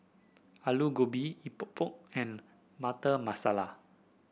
Aloo Gobi Epok Epok and Butter Masala